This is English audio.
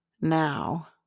now